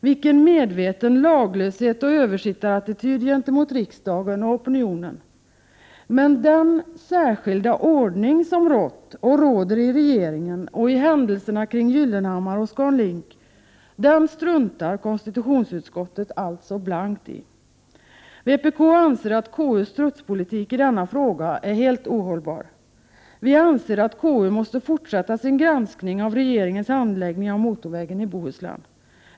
Vilken medveten laglöshet och översittarattityd gentemot riksdagen och opinionen! Men den ”särskilda ordning” som rått och råder i regeringen och i händelserna kring Gyllenhammar och ScanLink, den struntar konstitutionsutskottet alltså blankt i. Vpk anser att konstitutionsutskottets strutspolitik i denna fråga är helt ohållbar. Vi anser att konstitutionsutskottet måste fortsätta sin granskning av regeringens handläggning av frågan om motorvägen i Bohuslän.